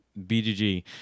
BGG